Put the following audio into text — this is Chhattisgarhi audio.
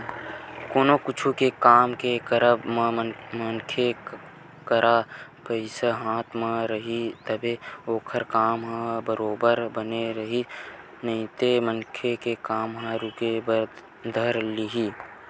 कोनो कुछु के काम के करब म मनखे करा पइसा हाथ म रइही तभे ओखर काम ह बरोबर बने रइही नइते मनखे के काम ह रुके बर धर लिही